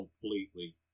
completely